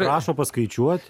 prašo paskaičiuoti